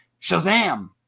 Shazam